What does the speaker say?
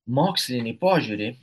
mokslinį požiūrį